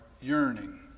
yearning